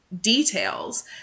details